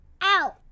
Ow